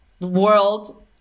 world